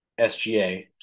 SGA